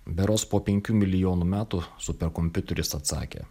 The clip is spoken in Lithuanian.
berods po penkių milijonų metų superkompiuteris atsakė